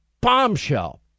Bombshell